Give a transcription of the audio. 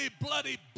bloody